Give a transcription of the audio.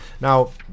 Now